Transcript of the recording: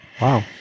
Wow